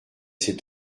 s’est